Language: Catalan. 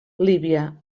líbia